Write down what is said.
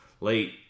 late